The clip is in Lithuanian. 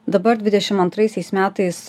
dabar dvidešim antraisiais metais